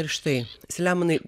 ir štai selemonai